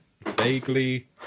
vaguely